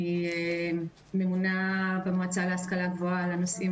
אני ממונה במועצה להשכלה גבוהה על הנושאים